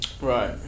Right